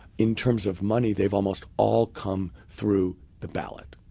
in terms of money, they've almost all come through the ballot.